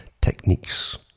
techniques